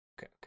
Okay